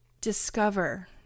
discover